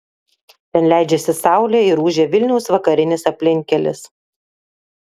ten leidžiasi saulė ir ūžia vilniaus vakarinis aplinkkelis